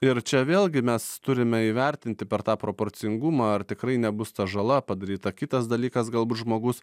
ir čia vėlgi mes turime įvertinti per tą proporcingumą ar tikrai nebus ta žala padaryta kitas dalykas galbūt žmogus